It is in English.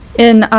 in